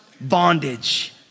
bondage